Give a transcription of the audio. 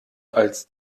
als